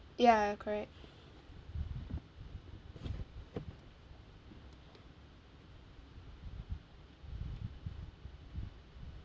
ya correct